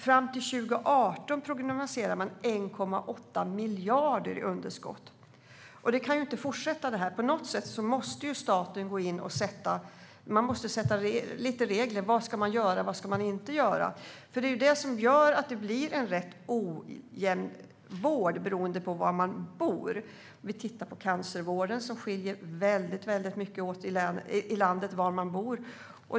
Fram till 2018 prognostiserar man 1,8 miljarder i underskott. Detta kan inte fortsätta. På något sätt måste staten gå in och ställa upp regler: Vad ska man göra, och vad ska man inte göra? Det är detta som gör att det blir en rätt ojämn vård beroende på var man bor. Vi kan titta på cancervården, som skiljer sig mycket åt i landet beroende på var man bor.